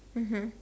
mmhmm